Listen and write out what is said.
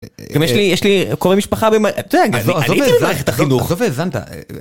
יש לי יש לי קרובי משפחה במערכת החינוך.